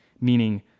meaning